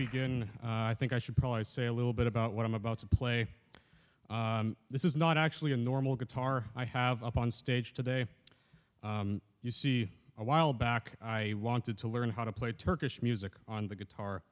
begin i think i should probably say a little bit about what i'm about to play this is not actually a normal guitar i have up on stage today you see a while back i wanted to learn how to play turkish music on the guitar